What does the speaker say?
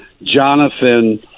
Jonathan